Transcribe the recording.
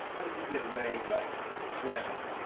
he get a name like shadow?